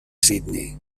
sídney